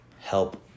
help